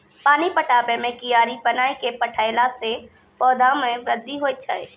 पानी पटाबै मे कियारी बनाय कै पठैला से पौधा मे बृद्धि होय छै?